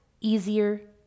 easier